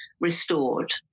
restored